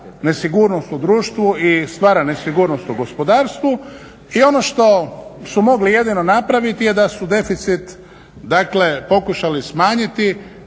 nesigurnost u društvu i stvara nesigurnost u gospodarstvu. I ono što su mogli jedino napraviti da su deficit, dakle pokušali smanjiti